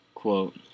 Quote